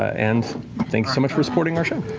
and thanks so much for supporting our show.